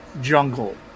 Jungle